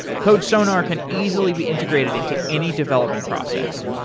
codesonar can easily be integrated into any development process.